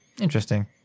Interesting